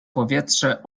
powietrze